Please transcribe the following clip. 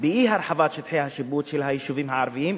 באי-הרחבת שטחי השיפוט של היישובים הערביים,